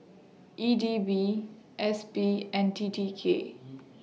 E D B S P and T T K